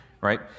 right